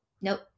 nope